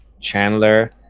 Chandler